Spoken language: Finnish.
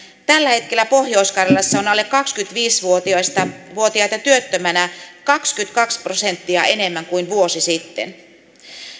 tällä hetkellä pohjois karjalassa on alle kaksikymmentäviisi vuotiaita vuotiaita työttömänä kaksikymmentäkaksi prosenttia enemmän kuin vuosi sitten